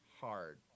hard